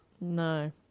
No